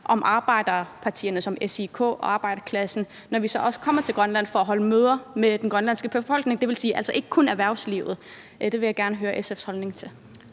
om arbejderpartierne, SIK og arbejderklassen, når vi så også kommer til Grønland for at holde møder med den grønlandske befolkning – hvilket altså vil sige ikke kun erhvervslivet. Det vil jeg gerne høre SF's holdning til.